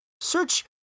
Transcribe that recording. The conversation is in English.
Search